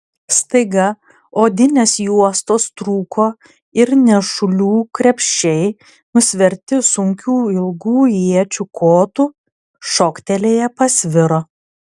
staiga odinės juostos trūko ir nešulių krepšiai nusverti sunkių ilgų iečių kotų šoktelėję pasviro